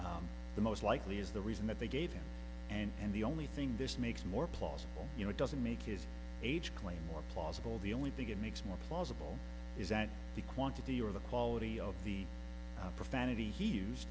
d the most likely is the reason that they gave him and the only thing this makes more plausible you know doesn't make his age claim more plausible the only begin makes more plausible is that the quantity or the quality of the profanity he use